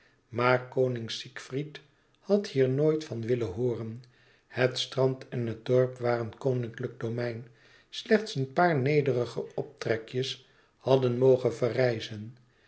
maar koning siegfried had hier nooit van willen hooren het strand en het dorp waren koninklijk domein slechts een paar nederige optrekjes hadden mogen verrijzen